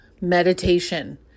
meditation